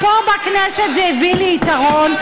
פה בכנסת זה הביא לי יתרון,